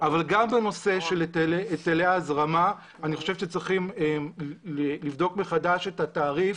אבל גם בנושא של היטלי הזרמה אני חושב שצריך לבדוק מחדש את התעריף,